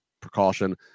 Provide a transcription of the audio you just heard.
precaution